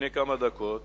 לפני כמה דקות,